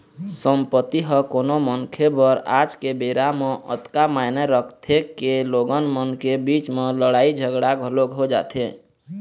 संपत्ति ह कोनो मनखे बर आज के बेरा म अतका मायने रखथे के लोगन मन के बीच म लड़ाई झगड़ा घलोक हो जाथे